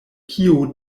kio